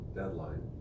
deadline